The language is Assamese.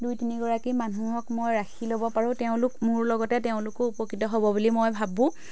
দুই তিনিগৰাকী মানুহক মই ৰাখি ল'ব পাৰোঁ তেওঁলোক মোৰ লগতে তেওঁলোকো উপকৃত হ'ব বুলি মই ভাবোঁ